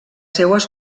seues